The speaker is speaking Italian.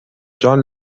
john